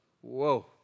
Whoa